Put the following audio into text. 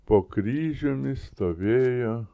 po kryžiumi stovėjo